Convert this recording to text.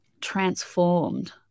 transformed